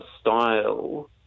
style